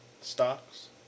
Stocks